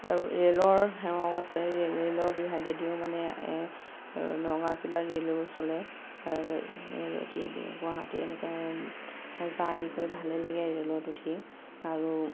আৰু ৰেলৰ সেৱাও আছে ৰেল ৰেলৰ বিভাগেদি মানে নগাঁও জিলাত ৰেলো চলে গুৱাহাটী এনেকে জাৰ্নি কৰি ভালেই লাগে ৰেলত উঠি আৰু